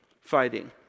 fighting